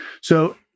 So-